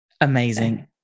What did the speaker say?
Amazing